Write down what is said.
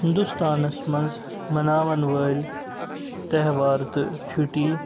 ہِندوستانَس منٛز مناوَن وٲلۍ تہوار تہٕ چھُٹی